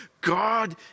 God